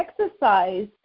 exercise